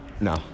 No